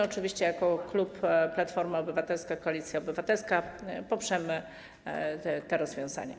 Oczywiście jako klub Platforma Obywatelska - Koalicja Obywatelska poprzemy te rozwiązania.